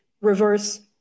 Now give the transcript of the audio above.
reverse